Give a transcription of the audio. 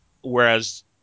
Whereas